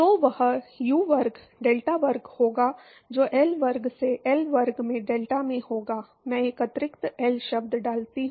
तो वह यू वर्ग डेल्टा वर्ग होगा जो एल वर्ग से एल वर्ग में डेल्टा में होगा मैं एक अतिरिक्त एल शब्द डालता हूं